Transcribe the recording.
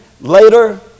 later